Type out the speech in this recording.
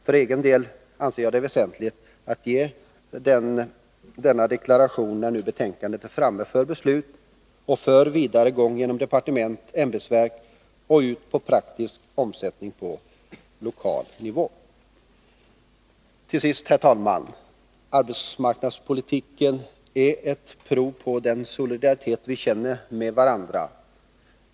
För egen del anser jag det väsentligt att göra denna deklaration, när nu betänkandet är framme för beslut, för vidare gång genom departement och ämbetsverk och ut i praktisk omsättning på lokal nivå. Till sist, herr talman! Arbetsmarknadspolitiken är ett prov på den solidaritet vi känner med varandra.